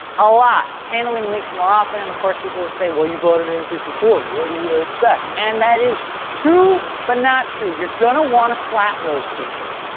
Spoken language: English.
a lot. handling leaks more often, and of course people would say, well you bought an n five four, what do you expect? and that is true, but not true, you're gonna wanna slap those people.